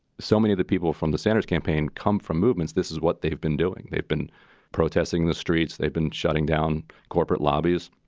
so many of the people from the sanders campaign come from movements. this is what they've been doing. they've been protesting in the streets. they've been shutting down corporate lobbyists.